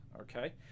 okay